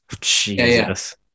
Jesus